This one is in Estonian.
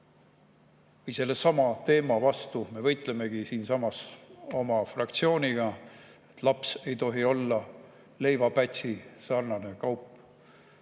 või sellesama teema vastu me võitlemegi oma fraktsiooniga, et laps ei tohi olla leivapätsisarnane kaup.